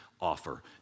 offer